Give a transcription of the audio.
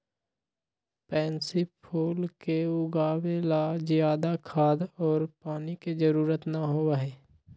pansy फूल के उगावे ला ज्यादा खाद और पानी के जरूरत ना होबा हई